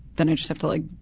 then i just have to, like,